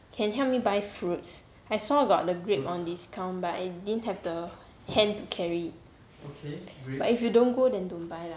can help me buy fruits I saw got the grape on discount but I didn't have the hand carry but if you don't go then don't buy lah